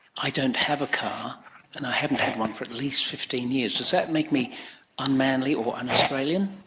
i don't have a car and i haven't had one for at least fifteen years. does that make me unmanly or un-australian?